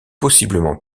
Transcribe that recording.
possiblement